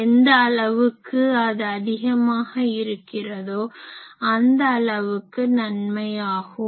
எந்த அளவுக்கு இது அதிகமாக இருக்கிறதோ அந்த அளவுக்கு நன்மை ஆகும்